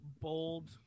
bold